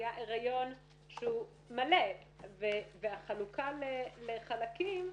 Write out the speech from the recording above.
היה הריון שהוא מלא והחלוקה לחלקים,